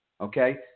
Okay